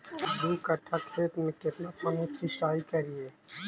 दू कट्ठा खेत में केतना पानी सीचाई करिए?